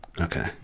okay